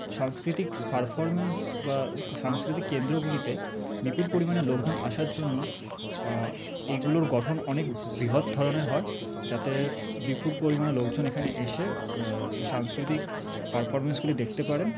সাংস্কৃতিক পারফরমেন্স বা সাংস্কৃতিক কেন্দ্রগুলিতে বিপুল পরিমাণে লোকজন আসার জন্য এইগুলোর গঠন অনেক বৃহৎ ধরনের হয় যাতে বিপুল পরিমাণে লোকজন এখানে এসে এই সাংস্কৃতিক পারফরমেন্সগুলি দেখতে পারেন